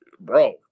bro